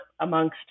amongst